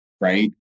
right